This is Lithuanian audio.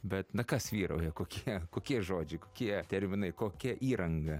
bet na kas vyrauja kokia kokie žodžiai kokie terminai kokia įranga